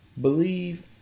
Believe